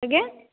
ଆଜ୍ଞା